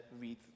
read